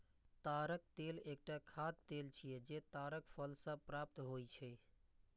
ताड़क तेल एकटा खाद्य तेल छियै, जे ताड़क फल सं प्राप्त होइ छै